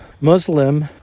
Muslim